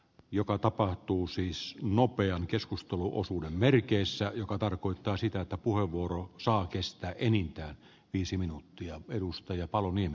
joka tapahtuu siis on nopean keskusteluosuuden merkeissä joka tarkoittaa sitä että puheenvuoro saa kestää enintään viisi minuuttia perustaja huomiota